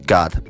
God